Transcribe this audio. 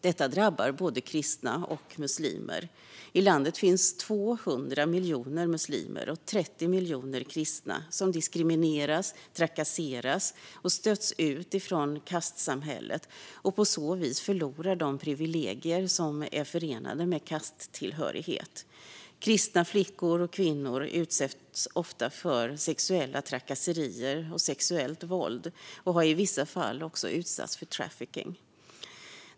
Detta drabbar både kristna och muslimer. I landet finns 200 miljoner muslimer och 30 miljoner kristna som diskrimineras, trakasseras och stöts ut från kastsamhället och på så vis förlorar de privilegier som är förenade med kasttillhörighet. Kristna flickor och kvinnor utsätts ofta för sexuella trakasserier och sexuellt våld och har i vissa fall också utsatts för trafficking.